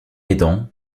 aidant